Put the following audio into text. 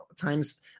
times